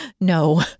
no